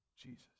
Jesus